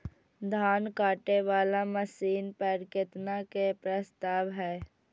धान काटे वाला मशीन पर केतना के प्रस्ताव हय?